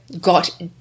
got